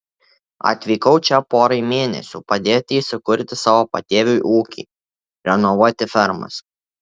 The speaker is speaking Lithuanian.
atvykau čia porai mėnesių padėti įsikurti savo patėviui ūkį renovuoti fermas